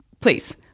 Please